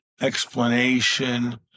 explanation